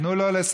תנו לו לסיים.